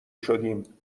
شدیم